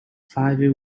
five